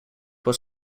was